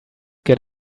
get